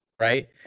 right